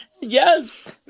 Yes